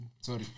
Sorry